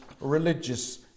religious